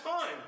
time